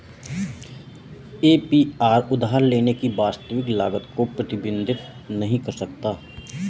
APR उधार लेने की वास्तविक लागत को प्रतिबिंबित नहीं कर सकता है